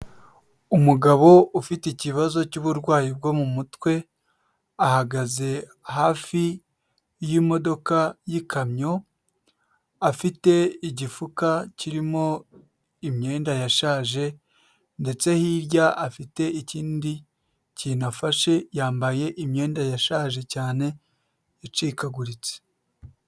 Umugabo ufite ikibazo cy'uburwayi bwo mu mutwe, ahagaze hafi y'imodoka y'ikamyo, afite igifuka kirimo imyenda yashaje ndetse hirya afite ikindi kintu afashe, yambaye imyenda yashaje cyane yacikaguritse.